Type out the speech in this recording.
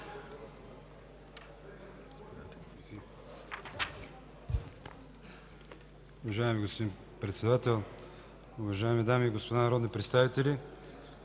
Уважаеми господин Председател, уважаеми дами и господа народни представители!